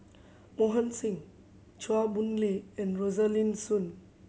Bohan Singh Chua Boon Lay and Rosaline Soon